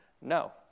No